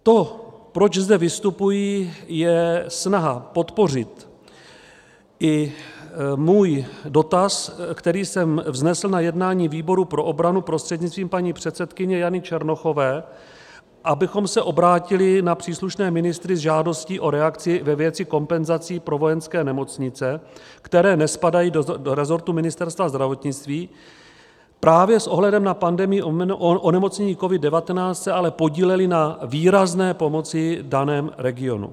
To, proč zde vystupuji, je snaha podpořit i můj dotaz, který jsem vznesl na jednání výboru pro obranu prostřednictvím paní předsedkyně Jany Černochové, abychom se obrátili na příslušné ministry s žádostí o reakci ve věci kompenzací pro vojenské nemocnice, které nespadají do resortu Ministerstva zdravotnictví, právě s ohledem na pandemii onemocnění COVID19 se ale podílely na výrazné pomoci v daném regionu.